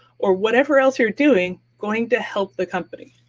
or whatever else you're doing, going to help the company?